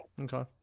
Okay